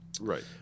Right